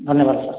ଧନ୍ୟବାଦ ସାର୍